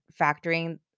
factoring